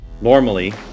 Normally